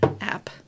app